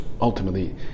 ultimately